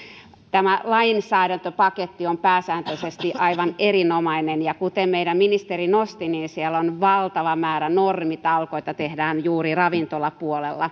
tämä lainsäädäntöpaketti on pääsääntöisesti aivan erinomainen ja kuten meidän ministerimme nosti siellä on valtava määrä normitalkoita niitä tehdään juuri ravintolapuolella